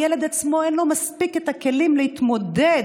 לילד עצמו אין מספיק כלים להתמודד